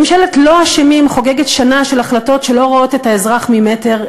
ממשלת "לא אשמים" חוגגת שנה של החלטות שלא רואות את האזרח ממטר,